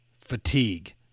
Fatigue